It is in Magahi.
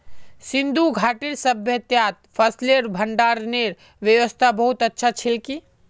सिंधु घाटीर सभय्तात फसलेर भंडारनेर व्यवस्था बहुत अच्छा छिल की